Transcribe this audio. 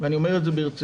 ואני אומר את זה ברצינות,